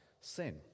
sin